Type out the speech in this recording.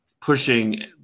pushing